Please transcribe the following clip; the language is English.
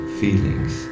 feelings